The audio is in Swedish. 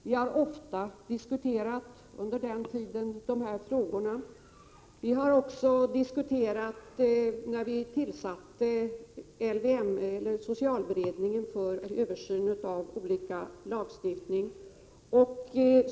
Vi har ofta under den tiden diskuterat dessa frågor. Vi har också diskuterat när vi tillsatte socialberedningen för en översyn av olika lagar.